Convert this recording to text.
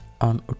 on